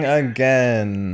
again